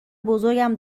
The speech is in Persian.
بزرگم